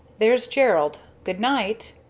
there's gerald good night!